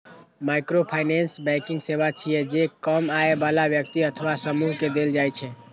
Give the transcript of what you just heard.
microfinance banking सेवा छियै, जे कम आय बला व्यक्ति अथवा समूह कें देल जाइ छै